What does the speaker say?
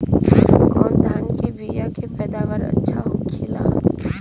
कवन धान के बीया के पैदावार अच्छा होखेला?